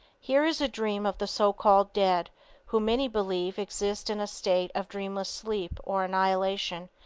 here is a dream of the so-called dead who, many believe, exist in a state of dreamless sleep or annihilation,